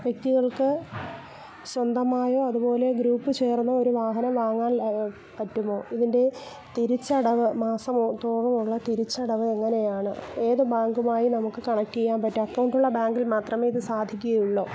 വ്യക്തികൾക്ക് സ്വന്തമായോ അതുപോലെ ഗ്രൂപ്പ് ചേർന്നോ ഒരു വാഹനം വാങ്ങാൻ പറ്റുമോ ഇതിൻ്റെ തിരിച്ചടവ് മാസം തോറുമുള്ള തിരിച്ചടവ് എങ്ങനെയാണ് ഏതു ബാങ്കുമായി നമുക്ക് കണക്ട് ചെയ്യാൻ പറ്റും അക്കൗണ്ടുള്ള ബാങ്കിൽ മാത്രമേ ഇത് സാധിക്കുകയുള്ളോ